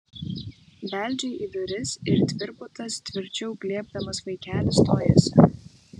beldžia į duris ir tvirbutas tvirčiau glėbdamas vaikelį stojasi